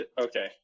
Okay